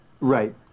Right